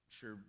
sure